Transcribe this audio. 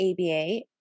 ABA